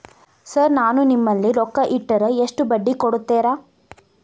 Sir ನಾನು ನಿಮ್ಮಲ್ಲಿ ರೊಕ್ಕ ಇಟ್ಟರ ಎಷ್ಟು ಬಡ್ಡಿ ಕೊಡುತೇರಾ?